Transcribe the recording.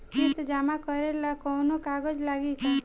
किस्त जमा करे ला कौनो कागज लागी का?